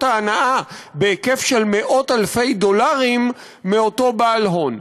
ההנאה בהיקף של מאות-אלפי דולרים מאותו בעל הון.